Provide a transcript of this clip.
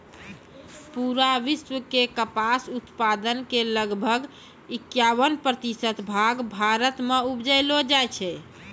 पूरा विश्व के कपास उत्पादन के लगभग इक्यावन प्रतिशत भाग भारत मॅ उपजैलो जाय छै